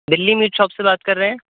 دلی meat shop سے بات کر رہے ہیں